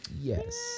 Yes